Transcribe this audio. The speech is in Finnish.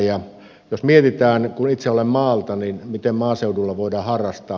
ja jos mietitään kun itse olen maalta miten maaseudulla voidaan harrastaa